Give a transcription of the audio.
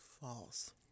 False